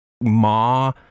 Ma